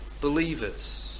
believers